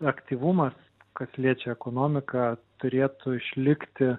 aktyvumas kas liečia ekonomiką turėtų išlikti